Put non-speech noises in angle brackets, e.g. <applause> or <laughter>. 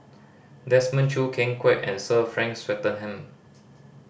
Desmond Choo Ken Kwek and Sir Frank Swettenham <noise>